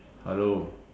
hello